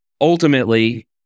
Ultimately